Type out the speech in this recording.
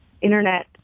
internet